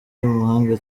umuhanga